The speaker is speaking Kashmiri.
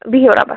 بِہِِو رۅبَس